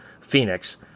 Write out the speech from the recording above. Phoenix